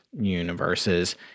universes